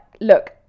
look